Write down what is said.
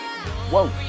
Whoa